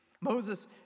Moses